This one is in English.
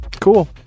Cool